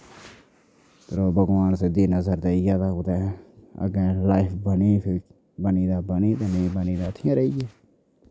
यरो भगोआन सिद्धी नजर देई गेआ तां कुतै अग्गें लाईफ बनी बी सकदी बनी तां बनी ते नेईं बनी तां इत्थै गै रेही गे